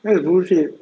that's bullshit